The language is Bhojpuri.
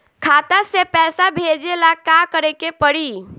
खाता से पैसा भेजे ला का करे के पड़ी?